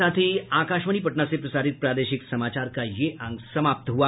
इसके साथ ही आकाशवाणी पटना से प्रसारित प्रादेशिक समाचार का ये अंक समाप्त हुआ